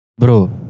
Bro